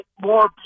more